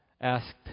asked